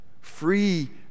free